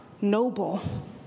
noble